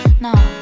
no